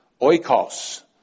oikos